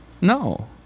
No